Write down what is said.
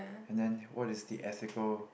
and then what is the ethical